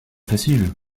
facile